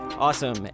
Awesome